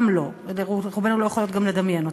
גם לא, רובנו לא יכולות גם לדמיין אותו.